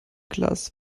glas